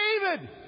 David